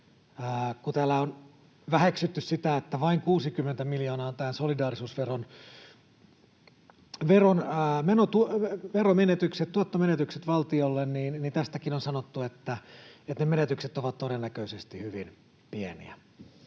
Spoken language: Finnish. Kun täällä on väheksytty sitä, että vain 60 miljoonaa on solidaarisuusveron veromenetykset, tuottomenetykset valtiolle, niin tästäkin on sanottu, että ne menetykset ovat todennäköisesti hyvin pieniä.